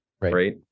right